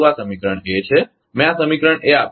મેં આ સમીકરણ A આપ્યું છે